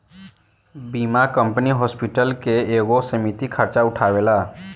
बीमा company hospital के एगो सीमित खर्चा उठावेला